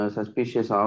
Suspicious